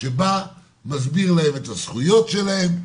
שבא ומסביר להם את הזכויות שלהם.